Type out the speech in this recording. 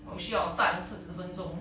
我需要站四十分钟